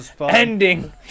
ending